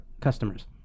customers